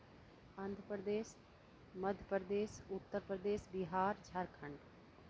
Andhra Pradesh Madhya Pradesh Uttar Pradesh Bihar Jharkhand